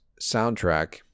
soundtrack